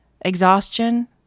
exhaustion